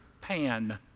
Pan